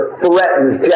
threatens